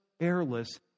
airless